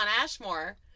Ashmore